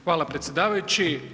Hvala predsjedavajući.